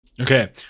Okay